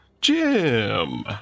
Jim